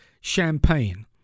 champagne